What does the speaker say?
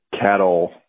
cattle